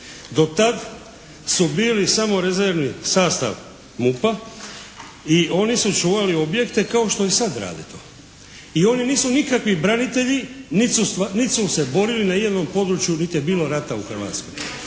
Do tad su bili samo rezervni sastav MUP-a i oni su čuvali objekte kao što i sad rade to. I oni nisu nikakvi branitelji niti su se borili na ijednom području niti je bilo rata u Hrvatskoj.